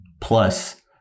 plus